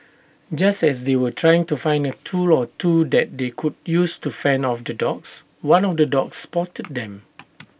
just as they were trying to find A tool or two that they could use to fend off the dogs one of the dogs spotted them